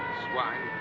swine.